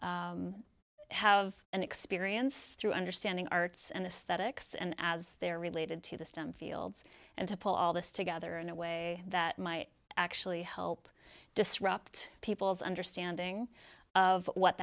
have an experience through understanding arts and the statics and as they're related to the stem fields and to pull all this together in a way that might actually help disrupt people's understanding of what